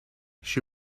she